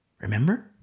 Remember